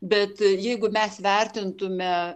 bet jeigu mes vertintume